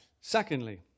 secondly